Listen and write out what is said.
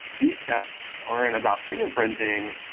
these tests aren't about fingerprinting,